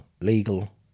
legal